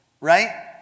Right